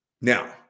Now